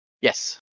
Yes